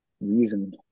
reason